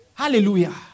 Hallelujah